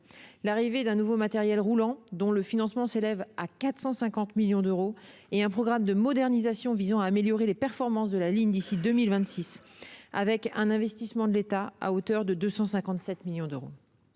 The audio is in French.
: arrivée d'un nouveau matériel roulant, dont le financement s'élève à 450 millions d'euros, et programme de modernisation visant à améliorer les performances de la ligne d'ici à 2026, avec un investissement de l'État à hauteur de 257 millions d'euros.